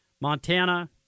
Montana